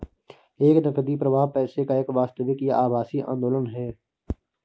एक नकदी प्रवाह पैसे का एक वास्तविक या आभासी आंदोलन है